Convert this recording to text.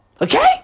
Okay